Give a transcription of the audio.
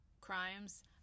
crimes